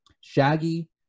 Shaggy